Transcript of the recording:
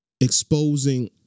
exposing